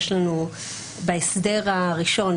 בהסדר הראשון,